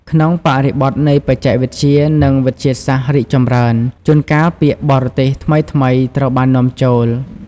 ក្នុងបរិបទនៃបច្ចេកវិទ្យា និងវិទ្យាសាស្ត្ររីកចម្រើន ជួនកាលពាក្យបរទេសថ្មីៗត្រូវបាននាំចូល។